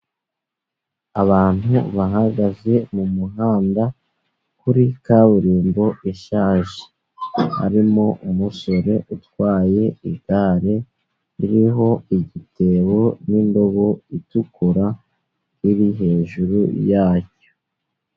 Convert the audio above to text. Abantu bahagaze mu muhanda muri kaburimbo ishaje harimo umusore utwaye igare ririho igitebo n'indobo itukura iri hejuru yacyo.